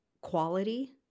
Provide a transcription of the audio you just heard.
quality